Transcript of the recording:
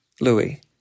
Louis